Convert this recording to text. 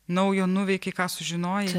naujo nuveikei ką sužinojai